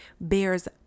bears